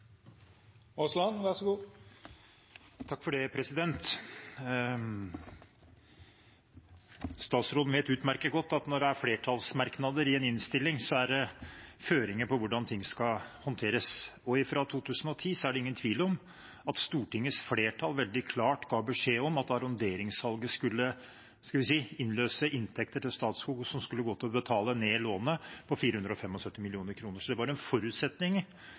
flertallsmerknader i en innstilling, er det føringer for hvordan ting skal håndteres. Fra 2010 er det ingen tvil om at Stortingets flertall veldig klart ga beskjed om at arronderingssalget skulle utløse inntekter til Statskog som skulle gå til å betale ned lånet på 475 mill. kr. Så det var en forutsetning for den finanseringen som samlet sett ble gitt, både gjennom tilskudd av kapital til Statskog og åpningen foran arronderingssalget som var der. I tillegg lå det en føring om at en